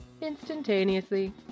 instantaneously